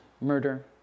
murder